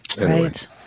Right